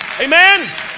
Amen